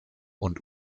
und